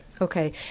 Okay